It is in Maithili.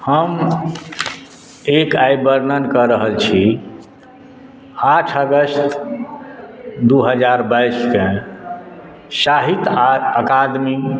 हम एक आइ वर्णन कऽ रहल छी आठ अगस्त दू हजार बाईसके साहित्य अकादमी